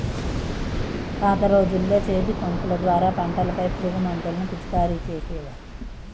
పాత రోజుల్లో చేతిపంపుల ద్వారా పంటలపై పురుగుమందులను పిచికారీ చేసేవారు